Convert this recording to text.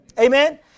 Amen